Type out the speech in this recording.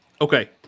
okay